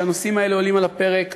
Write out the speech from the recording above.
שכשהנושאים האלה עולים על הפרק,